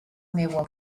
meua